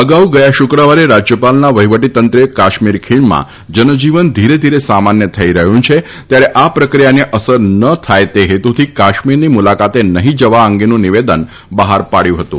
અગાઉ ગયા શુક્રવારે રાજ્યપાલના વહિવટીતંત્રે કાશ્મીર ખીણમાં જનજીવન ધીરે ધીરે સામાન્ય થઇ રહ્યું છે ત્યારે આ પ્રક્રિયાને અસર ન થાય તે હેતુથી કાશ્મીરની મુલાકાતે નહી જવા અંગેનું નિવેદન બહાર પાડયું હતું